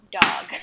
dog